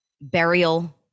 burial